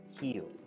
heal